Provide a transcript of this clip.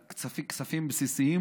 להתחנן על כספים בסיסיים.